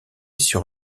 sur